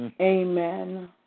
Amen